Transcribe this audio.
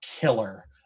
killer